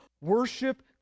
worship